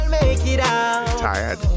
Tired